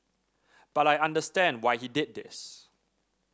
but I understand why he did this